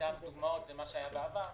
בעיקר דוגמאות על מה שהיה בעבר.